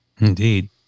Indeed